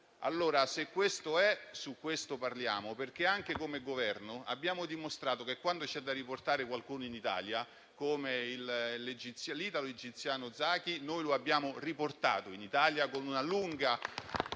Allora, se questo è, di questo dobbiamo parlare. Anche come Governo abbiamo dimostrato che, quando c'è da riportare qualcuno in Italia, come l'italo-egiziano Zaki, noi lo abbiamo fatto, con una lunga